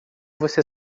você